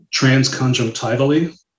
transconjunctivally